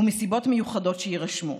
ומסיבות מיוחדות שיירשמו".